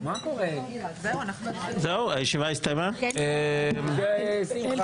הישיבה ננעלה בשעה